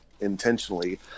intentionally